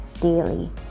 daily